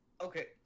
okay